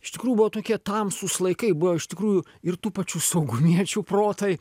iš tikrųjų buvo tokie tamsūs laikai buvo iš tikrųjų ir tų pačių saugumiečių protai